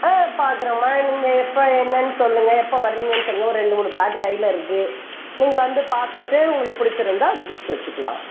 ஆ பார்க்குறேம்மா நீங்கள் எப்போ என்னென்னு சொல்லுங்கள் எப்போ வர்றீங்கன்னு சொல்லுங்கள் ஒரு ரெண்டு மூணு ப்ளாட்டு கையில் இருக்குது நீங்கள் வந்து பார்த்துட்டு உங்களுக்கு பிடிச்சிருந்தா ரிஜிஸ்டர் வைச்சுக்கலாம்